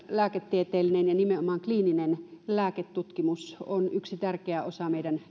lääketieteellinen ja nimenomaan kliininen lääketutkimus on yksi tärkeä osa meidän